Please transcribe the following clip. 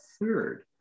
third